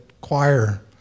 choir